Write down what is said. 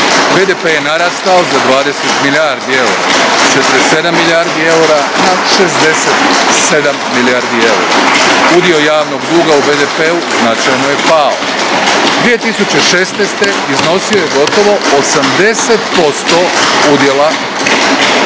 BDP je narastao za 20 milijardi eura, s 47 milijardi eura na 67 milijardi eura. Udio javnog duga u BDP-u značajno je pao. 2016. iznosio je gotovo 80% udjela,